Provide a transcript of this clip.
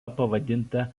pavadinta